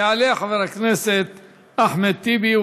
יעלה חבר הכנסת אחמד טיבי,